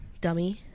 dummy